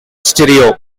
stereo